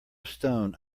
stone